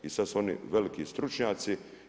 I sad su oni veliki stručnjaci.